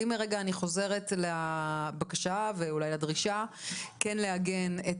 אם אני חוזרת לבקשה ואולי לדרישה לעגן את